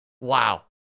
Wow